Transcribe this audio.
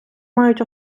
мають